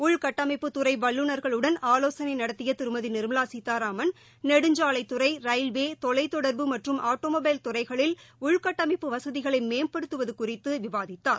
உள் கட்டமைப்பு துறை வல்லுநர்களுடன் ஆலோசனை நடத்திய திருமதி நிர்மலா சீதாராமன் நெடுஞ்சாலைத்துறை ரயில்வே தொலைத்தொடர்பு மற்றும் ஆட்டோமொபைல் துறைகளில் உள்கட்டமைப்பு வசதிகளை மேம்படுத்துவது குறித்து விவாதித்தார்